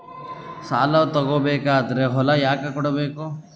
ಸಾಲ ತಗೋ ಬೇಕಾದ್ರೆ ಹೊಲ ಯಾಕ ಕೊಡಬೇಕು?